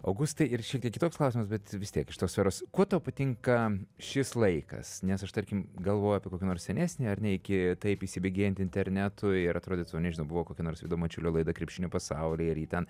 augustai ir šiek tiek kitoks klausimas bet vis tiek iš tos sferos kuo tau patinka šis laikas nes aš tarkim galvoju apie kokį nors senesnį ar ne iki taip įsibėgėjant internetui ir atrodytų nežinau buvo kokia nors vido mačiulio laida krepšinio pasaulyje ir jį ten